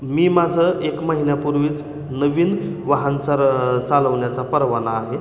मी माझं एक महिन्यापूर्वीच नवीन वाहन चाल चालवण्याचा परवाना आहे